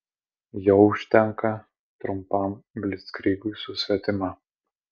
jo užtenka trumpam blickrygui su svetima